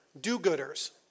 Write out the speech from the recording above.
do-gooders